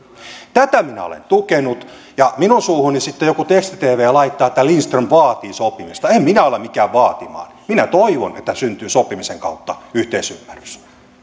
tätä minä olen tukenut ja minun suuhuni sitten joku teksti tv laittaa sanan vaatii että lindström vaatii sopimista en minä ole mikään vaatimaan minä toivon että syntyy sopimisen kautta yhteisymmärrys tehdään